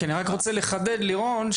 אני רק רוצה לחדד, לירון.